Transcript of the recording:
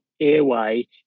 airway